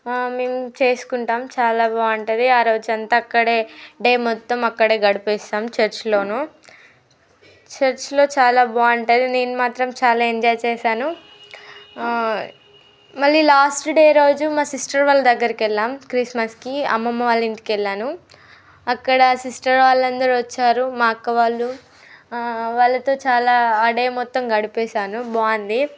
మేము చేసుకుంటాము చాలా బాగుంటుంది ఆరోజు అంతా అక్కడే డే మొత్తం అక్కడే గడిపేస్తాము చర్చిలోనూ చర్చ్లో చాలా బాగుంటుంది నేను మాత్రం చాలా ఎంజాయ్ చేసాను మళ్ళీ లాస్ట్ డే రోజు మా సిస్టర్ వాళ్ళ దగ్గరికి వెళ్ళాము క్రిస్మస్కి అమ్మమ్మ వాళ్ళ ఇంటికి వెళ్ళాను అక్కడ సిస్టర్ వాళ్ళు అందరూ వచ్చారు మా అక్క వాళ్ళు వాళ్ళతో చాలా ఆ డే మొత్తం గడిపేసాను బాగుంది